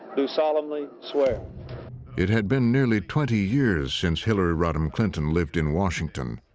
do solemnly it had been nearly twenty years since hillary rodham clinton lived in washington.